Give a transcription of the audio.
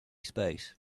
space